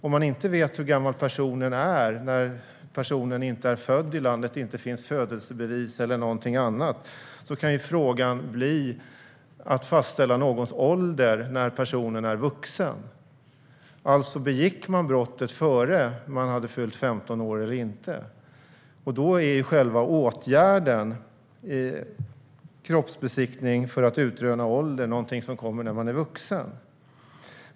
Om det inte är bekant hur gammal personen är, då personen inte är född i landet och det inte finns födelsebevis eller någonting annat, kan det bli fråga om att fastställa åldern när personen är vuxen. Begick man brottet innan man hade fyllt 15 år eller inte? Då är själva åtgärden, kroppsbesiktning för att utröna åldern, någonting som kommer när man är vuxen.